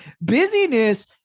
busyness